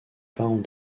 parents